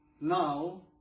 now